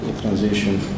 transition